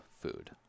food